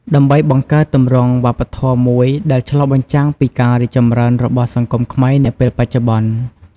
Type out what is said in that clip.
ដើម្បីបង្កើតទម្រង់វប្បធម៌មួយដែលឆ្លុះបញ្ចាំងពីការរីកចម្រើនរបស់សង្គមខ្មែរនាពេលបច្ចុប្បន្ន។